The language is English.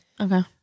okay